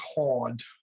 hard